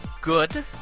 good